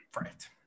right